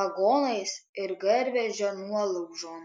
vagonais ir garvežio nuolaužom